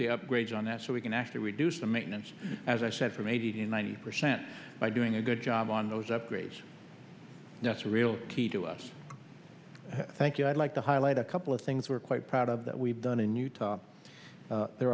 the upgrades on that so we can actually reduce the maintenance as i said from eighty to ninety percent by doing a good job on those upgrades nester real key to us thank you i'd like to highlight a couple of things we're quite proud of that we've done in utah there